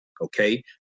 okay